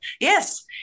yes